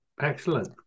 Excellent